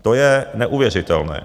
To je neuvěřitelné.